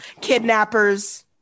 kidnappers